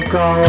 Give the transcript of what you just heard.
go